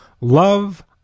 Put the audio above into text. love